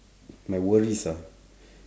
my worries ah